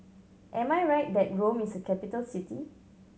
am I right that Rome is a capital city